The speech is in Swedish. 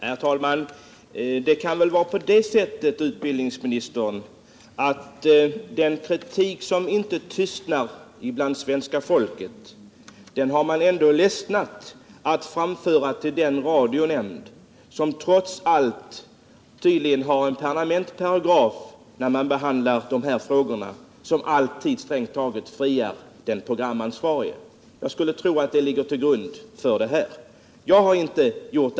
Herr talman! Det kan väl vara på det sättet när det gäller den kritik som inte tystnar, herr utbildningsminister, att man har ledsnat på att framföra den till den radionämnd som trots allt tydligen har en permanent paragraf när man behandlar de här frågorna, som strängt taget alltid friar den programansvarige. Jag skulle tro att det ligger till grund för att ingen anmälan har gjorts.